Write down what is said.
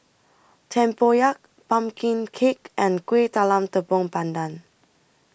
Tempoyak Pumpkin Cake and Kueh Talam Tepong Pandan